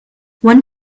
one